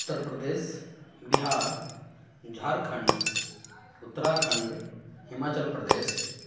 Uttar Pradesh Bihar Jharkhand Uttarakhand Himachal Pradesh